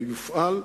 יופעל.